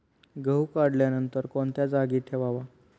गहू काढल्यानंतर कोणत्या जागी ठेवावा?